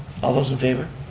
all those in favor?